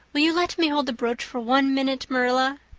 will you let me hold the brooch for one minute, marilla?